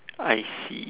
I see